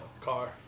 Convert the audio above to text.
Car